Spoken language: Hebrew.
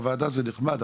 בוועדה זה נחמד,